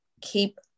keep